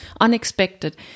unexpected